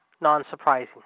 non-surprising